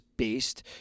based